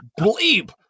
bleep